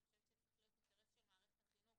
כי אני חושבת שזה צריך להיות אינטרס של מערכת החינוך